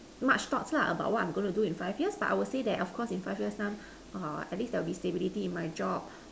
much thoughts lah about what I'm going to do in five years but I will say that of course in five years time err at least there will be stability in my job